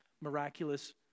miraculous